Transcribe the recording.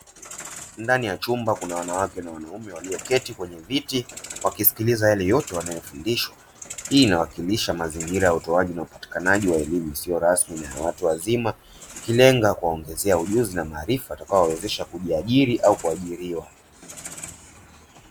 Ndani ya chumba kuna wanawake na wanaume waliyoketi kwenye viti wakisikiliza yale yote wanayofundishwa. Hii inawakilisha mazingira ya utoaji na upatikanaji wa elimu isiyo rasmi na ya watu wazima ikilenga kuwaongezea ujuzi na maarifa yatakayowawezesha kujiajiri au kuajiriwa.